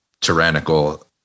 tyrannical